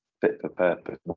fit-for-purpose